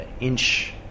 inch